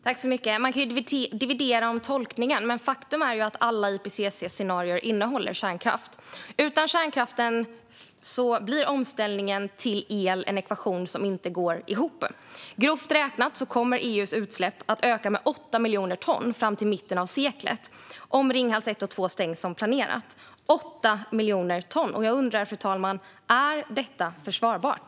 Fru talman! Man kan dividera om tolkningen, men faktum är att alla IPCC:s scenarier innehåller kärnkraft. Utan kärnkraften blir omställningen till el en ekvation som inte går ihop. Grovt räknat kommer EU:s utsläpp att öka med 8 miljoner ton fram till mitten av seklet om Ringhals 1 och 2 stängs som planerat. 8 miljoner ton! Jag undrar: Är detta försvarbart?